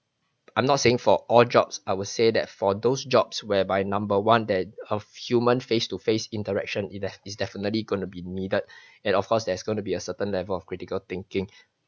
I'm not saying for all jobs I would say that for those jobs whereby number one that of human face to face interaction either is definitely going to be needed and of course there's going to be a certain level of critical thinking